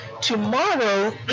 Tomorrow